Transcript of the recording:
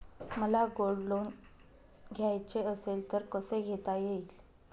मला gold loan घ्यायचे असेल तर कसे घेता येईल?